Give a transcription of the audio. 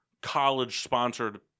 college-sponsored